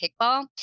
kickball